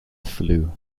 flew